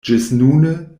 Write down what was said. ĝisnune